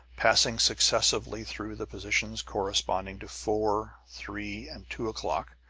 passing successively through the positions corresponding to four, three and two o'clock,